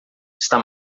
está